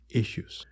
issues